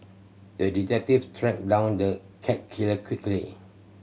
the detective tracked down the cat killer quickly